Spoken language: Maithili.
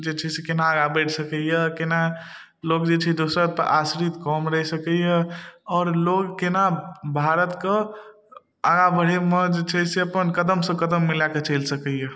जे छै से केना आगा बढ़ि सकय यऽ केना लोग जे छै से दोसरपर आश्रित कम रहि सकइए आओर लोग केना भारतके आगा बढ़यमे जे छै से अपन कदम सँ कदम मिला कऽ चलि सकय यऽ